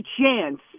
chance